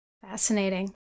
Fascinating